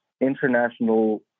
international